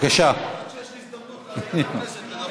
עד שיש לי הזדמנות, בכנסת לדבר.